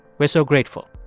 we're so grateful.